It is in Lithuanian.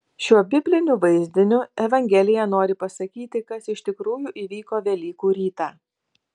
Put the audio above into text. šiuo bibliniu vaizdiniu evangelija nori pasakyti kas iš tikrųjų įvyko velykų rytą